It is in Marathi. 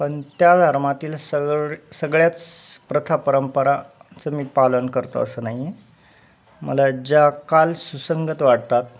पण त्या धर्मातील सगळ सगळ्याच प्रथा परंपराचं मी पालन करतो असं नाही आहे मला ज्या काल सुसंगत वाटतात